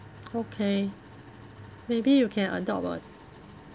okay maybe you can adopt a s~